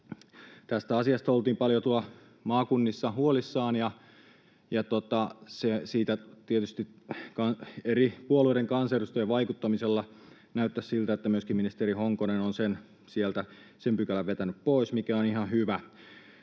Tästä asiasta oltiin paljon tuolla maakunnissa huolissaan, ja tietysti eri puolueiden kansanedustajien vaikuttamisella näyttäisi siltä, että ministeri Honkonen on sieltä sen pykälän vetänyt pois, mikä on ihan hyvä.